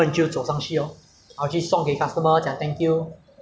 ah 如果是 condo 的话就比较麻烦一点 [ho] 因为